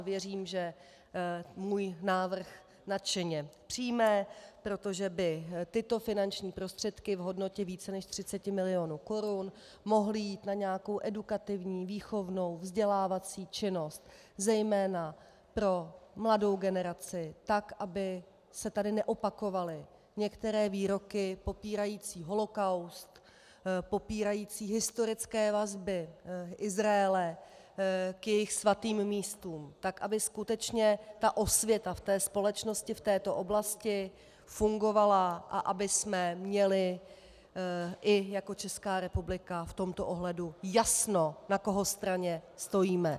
Věřím, že můj návrh nadšeně přijme, protože by tyto finanční prostředky v hodnotě více než 30 milionů korun mohly jít na nějakou edukativní, výchovnou, vzdělávací činnost, zejména pro mladou generaci, aby se tady neopakovaly některé výroky popírající holokaust, popírající historické vazby Izraele k jejich svatým místům, aby skutečně osvěta ve společnosti v této oblasti fungovala a abychom měli i jako Česká republika v tomto ohledu jasno, na koho straně stojíme.